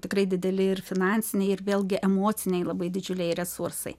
tikrai dideli ir finansiniai ir vėlgi emociniai labai didžiuliai resursai